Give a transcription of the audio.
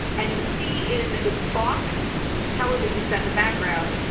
and you see in the box television set in the background,